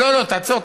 לא, לא, תעצור.